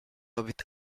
with